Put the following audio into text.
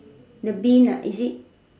the Bean ah is it